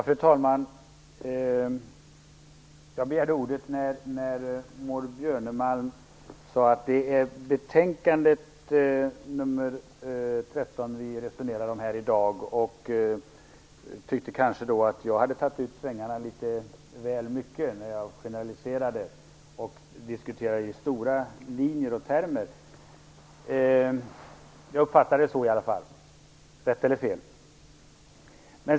Fru talman! Jag begärde ordet när Maud Björnemalm sade att det är betänkande nr 13 som vi resonerar om här i dag. Hon tyckte kanske att jag hade tagit ut svängarna litet väl mycket och att jag generaliserade när jag diskuterade i stora linjer och termer. Jag uppfattade det i alla fall så - rätt eller fel.